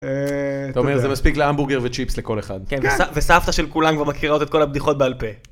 זה מספיק להמבורגר וצ'יפס לכל אחד. וסבתא של כולם כבר מכירה את כל הבדיחות בעל פה.